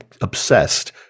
obsessed